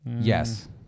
Yes